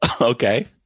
Okay